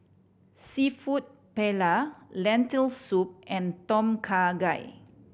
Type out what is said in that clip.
Seafood Paella Lentil Soup and Tom Kha Gai